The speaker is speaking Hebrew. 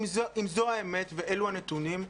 אם זה אם זו האמת ואלו הנתונים,